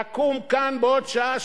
תקום כאן בעוד שעה,